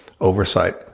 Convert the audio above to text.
oversight